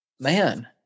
Man